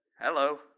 Hello